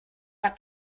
hat